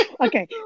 Okay